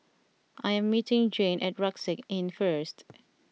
I am meeting Jane at Rucksack Inn first